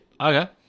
okay